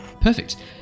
Perfect